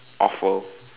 offal